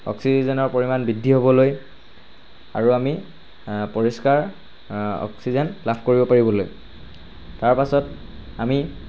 অক্সিজেনৰ পৰিমাণ বৃদ্ধি হ'বলৈ আৰু আমি পৰিষ্কাৰ অক্সিজেন লাভ কৰিব পাৰিবলৈ তাৰপাছত আমি